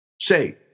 Say